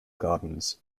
gardens